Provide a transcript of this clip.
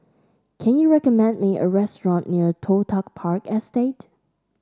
can you recommend me a restaurant near Toh Tuck Park Estate